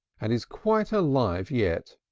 and is quite alive yet.